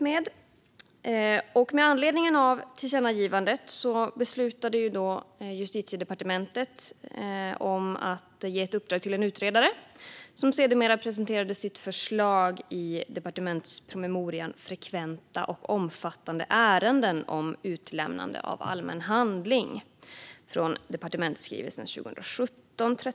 Med anledning av tillkännagivandet beslutade Justitiedepartementet att ge ett uppdrag till en utredare, som sedermera presenterade sitt förslag i departementspromemorian Frekventa och omfattande ärenden om utlämnande av allmän handling .